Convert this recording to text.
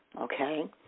okay